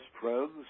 friends